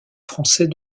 français